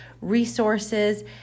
resources